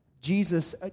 Jesus